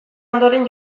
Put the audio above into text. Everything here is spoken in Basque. ondoren